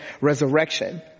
resurrection